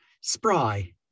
spry